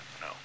no